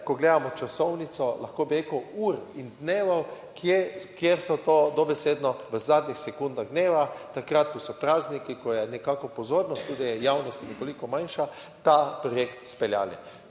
ko gledamo časovnico, lahko bi rekel, ur in dnevov, kjer so to dobesedno v zadnjih sekundah dneva, takrat ko so prazniki, ko je nekako pozornost tudi javnosti nekoliko manjša, ta projekt speljali.